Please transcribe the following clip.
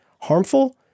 harmful